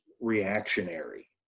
reactionary